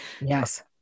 Yes